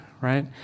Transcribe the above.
right